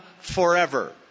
forever